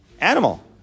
animal